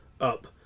Up